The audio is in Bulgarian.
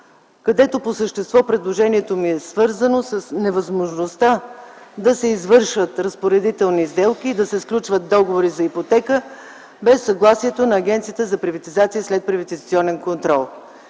където по същество предложението ми е свързано с невъзможността да се извършат разпоредителни сделки и да се сключват договори за ипотека без съгласието на Агенцията за приватизация и следприватизационен контрол.